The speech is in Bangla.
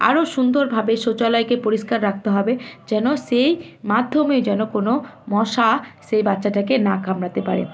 আরও সুন্দরভাবে শৌচালয়কে পরিষ্কার রাখতে হবে যেন সেই মাধ্যমে যেন কোনো মশা সে বাচ্চাটাকে না কামড়াতে পারে